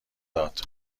داد